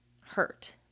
hurt